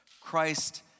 Christ